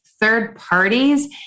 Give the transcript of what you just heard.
third-parties